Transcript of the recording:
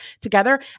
together